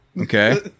Okay